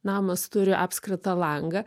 namas turi apskritą langą